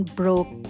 broke